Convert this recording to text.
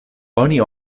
oni